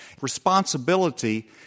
Responsibility